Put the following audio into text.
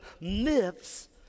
myths